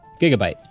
Gigabyte